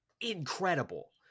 incredible